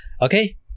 okay